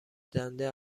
دنده